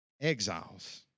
Exiles